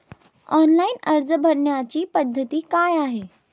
Online अर्ज भरण्याची पद्धत काय आहे?